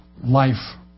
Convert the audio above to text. life